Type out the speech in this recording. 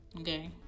okay